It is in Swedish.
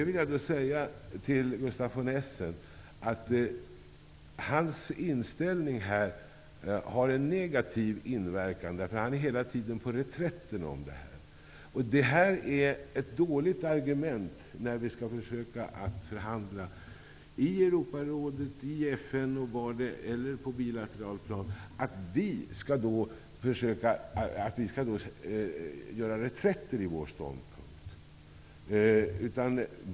Till Gustaf von Essen vill jag säga att hans inställning här har en negativ inverkan. Han är hela tiden på reträtt. När vi skall försöka förhandla i Europarådet, FN eller på bilateralt plan är det dåligt att vi gör reträtter i vår ståndpunkt.